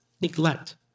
neglect